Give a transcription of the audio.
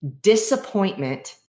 disappointment